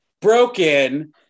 broken